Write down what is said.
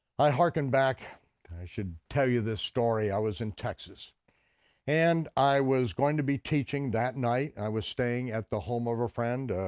i hearken back, i should tell you this story, i was in texas and i was going to be teaching that night, i was staying at the home of a friend,